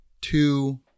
two